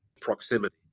proximity